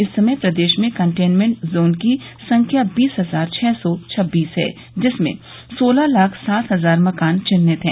इस समय प्रदेश में कंटेनमेंट जोन की संख्या बीस हजार छः सौ छब्बीस है जिसमें सोलह लाख सात हजार मकान चिन्हित है